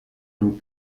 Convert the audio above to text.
une